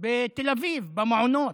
בתל אביב, במעונות,